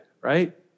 right